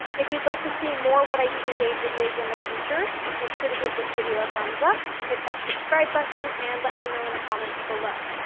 if you'd like to see more what i eat in a day videos in the future, make sure to give this video a thumbs up, hit that subscribe button, and let me know in the comments below.